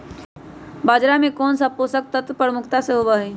बाजरा में कौन सा पोषक तत्व प्रमुखता से होबा हई?